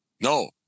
No